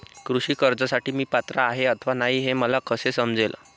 कृषी कर्जासाठी मी पात्र आहे अथवा नाही, हे मला कसे समजेल?